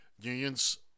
unions